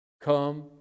Come